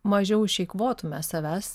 mažiau išeikvotume savęs